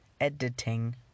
editing